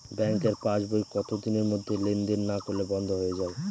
ব্যাঙ্কের পাস বই কত দিনের মধ্যে লেন দেন না করলে বন্ধ হয়ে য়ায়?